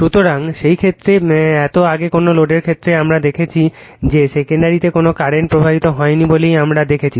সুতরাং সেই ক্ষেত্রে এত আগে কোনও লোডের ক্ষেত্রে আমরা দেখেছি যে সেকেন্ডারিতে কোনও কারেন্ট প্রবাহিত হয়নি বলেই আমরা দেখেছি